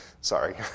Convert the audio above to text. sorry